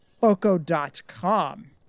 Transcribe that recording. Foco.com